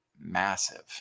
massive